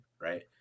right